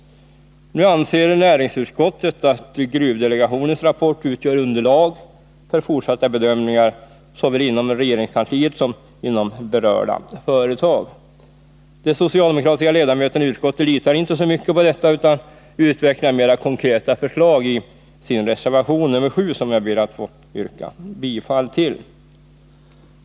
Näringsutskottet anser att gruvdelegationens rapport utgör underlag för fortsatta bedömningar såväl inom regeringskansliet som inom berörda företag. De socialdemokratiska ledamöterna i utskottet litar inte så mycket på detta utan utvecklar mer konkreta förslag i reservation nr 7, som jag ber att få yrka bifall till.